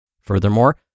Furthermore